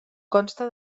consta